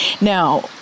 Now